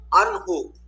unhook